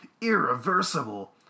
irreversible